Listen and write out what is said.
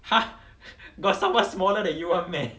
!huh! got someone smaller than you [one] meh